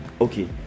okay